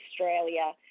Australia